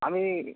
আমি